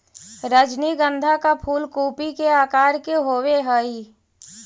रजनीगंधा का फूल कूपी के आकार के होवे हई